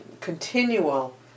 continual